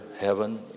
heaven